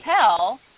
tell